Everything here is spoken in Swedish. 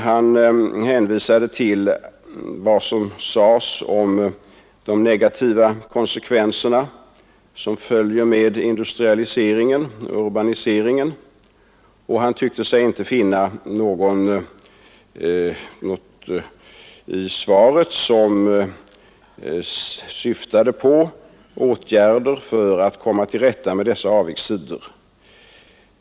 Han hänvisade till vad som sades om de negativa konsekvenser som följer med industrialiseringen och urbaniseringen, och han tyckte sig inte finna något i svaret som syftade på åtgärder för att komma till rätta med dessa avigsidor.